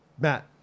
Matt